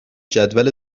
جدول